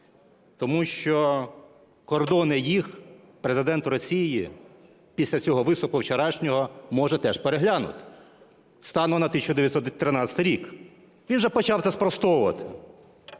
Тому що кордони їх Президент Росії після цього виступу вчорашнього може теж переглянути стану на 1913 рік, він вже почав це спростовувати.